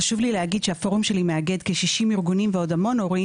חשוב לי להגיד שהפורום שלי מאגד כ-60 ארגונים ועוד המון הורים